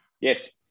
Yes